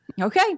Okay